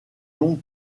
longue